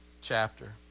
chapter